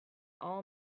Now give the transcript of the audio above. all